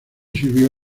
sirvió